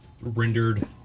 rendered